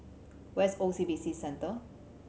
where is O C B C Centre